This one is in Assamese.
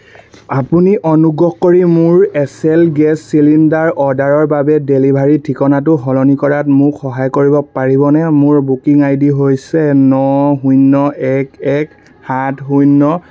আপুনি অনুগ্ৰহ কৰি মোৰ এছ এল গেছ চিলিণ্ডাৰ অৰ্ডাৰৰ বাবে ডেলিভাৰীৰ ঠিকনাটো সলনি কৰাত মোক সহায় কৰিব পাৰিবনে মোৰ বুকিং আই ডি হৈছে ন শূন্য এক এক সাত শূন্য